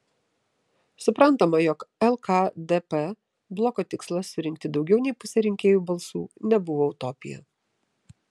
suprantama jog lkdp bloko tikslas surinkti daugiau nei pusę rinkėjų balsų nebuvo utopija